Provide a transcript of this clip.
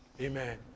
Amen